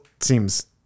Seems